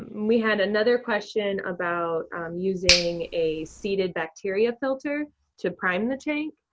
we had another question about um using a seeded bacteria filter to prime the tank.